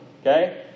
okay